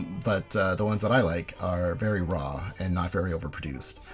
but the ones that i like are very raw and not very over-produced.